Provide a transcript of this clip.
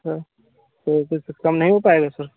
अच्छा फिर इससे काम नहीं हो पाएगा सर